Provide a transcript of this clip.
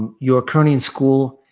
you're currently in school,